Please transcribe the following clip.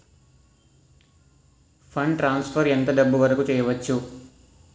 Fund transfer ఎంత డబ్బు వరుకు చేయవచ్చు?